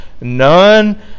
none